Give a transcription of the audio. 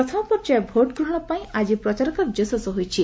ପ୍ରଥମପର୍ଯ୍ୟୟ ଭୋଟ୍ଗ୍ରହଣ ପାଇଁ ଆଜି ପ୍ରଚାରକାର୍ଯ୍ୟ ଶେଷ ହୋଇଛି